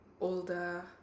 older